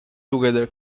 together